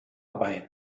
bei